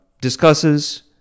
discusses